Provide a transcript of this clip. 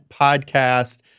Podcast